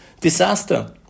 disaster